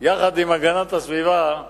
יחד עם הגנת הסביבה,